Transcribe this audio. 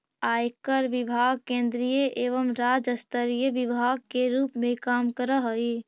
आयकर विभाग केंद्रीय एवं राज्य स्तरीय विभाग के रूप में काम करऽ हई